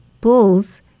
bulls